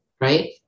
right